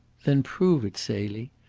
then prove it, celie.